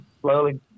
slowly